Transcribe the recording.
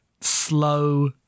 slow